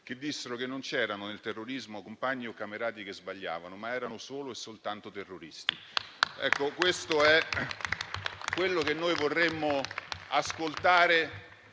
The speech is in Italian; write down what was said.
che dissero che non c'erano, nel terrorismo, compagni o camerati che sbagliavano, ma erano solo e soltanto terroristi. Questo è quello che noi vorremmo ascoltare